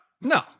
No